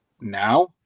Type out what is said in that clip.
now